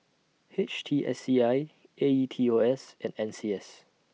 H T S C I A E T O S and N C S